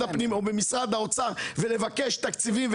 הפנים או במשרד האוצר ולבקש תקציבים.